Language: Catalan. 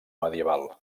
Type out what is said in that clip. medieval